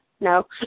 no